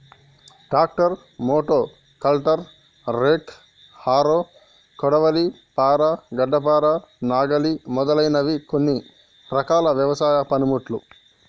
tractor, motocultor, rake, harrow, కొడవలి, పార, గడ్డపార, నాగలి మొదలగునవి కొన్ని రకాల వ్యవసాయ పనిముట్లు